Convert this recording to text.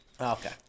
Okay